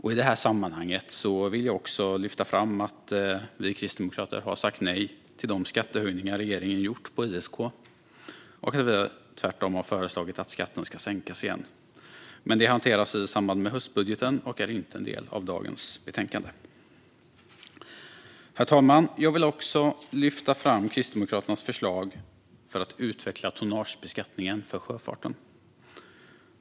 I detta sammanhang vill jag också lyfta fram att vi kristdemokrater har sagt nej till de skattehöjningar som regeringen gjort på ISK och att vi tvärtom har föreslagit att skatten ska sänkas igen. Men det hanteras i samband med höstbudgeten och är inte en del av dagens betänkande. Herr talman! Jag vill också lyfta fram Kristdemokraternas förslag om att utveckla tonnagebeskattningen för sjöfarten.